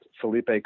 Felipe